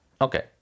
Okay